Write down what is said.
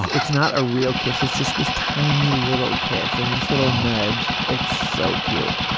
it's not a real kiss. it's just this tiny little kiss and this little nudge. it's so cute.